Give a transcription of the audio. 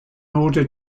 order